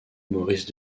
maurice